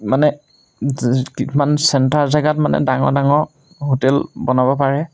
মানে কিছুমান চেণ্টাৰ জেগাত মানে ডাঙৰ ডাঙৰ হোটেল বনাব পাৰে